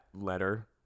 letter